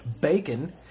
BACON